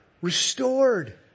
restored